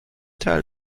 teil